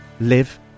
live